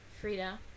Frida